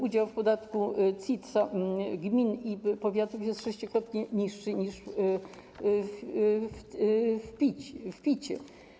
Udział w podatku CIT gmin i powiatów jest sześciokrotnie niższy niż w PIT.